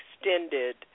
extended